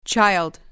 Child